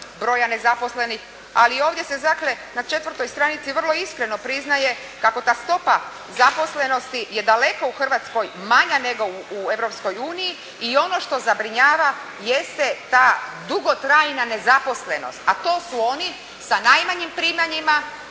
broja nezaposlenih, ali ovdje se dakle na 4. stranici vrlo iskreno priznaje kako ta stopa zaposlenosti je daleko u Hrvatskoj manja nego u Europskoj uniji i ono što zabrinjava jeste ta dugotrajna nezaposlenost, a to su oni sa najmanjim primanjima